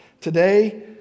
Today